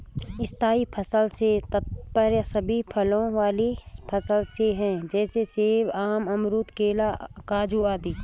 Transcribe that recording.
स्थायी फसल से तात्पर्य सभी फल वाले फसल से है जैसे सेब, आम, अमरूद, केला, काजू आदि